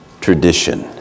tradition